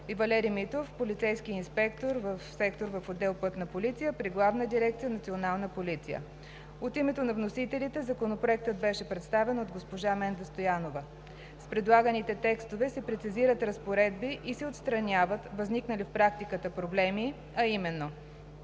и Валери Митов – полицейски инспектор в сектор КПДП в отдел „Пътна полиция“ при Главна дирекция „Национална полиция“. От името на вносителите Законопроектът беше представен от госпожа Менда Стоянова. С предлаганите текстове се прецизират разпоредби и се отстраняват възникнали в практиката проблеми, а именно: